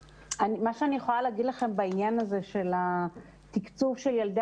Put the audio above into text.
מה שאני יכולה להגיד לכם בעניין התקצוב של ילדי